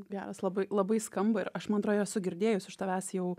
geras labai labai skamba ir aš man atrodo jau esu girdėjus iš tavęs jau